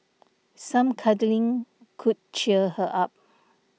some cuddling could cheer her up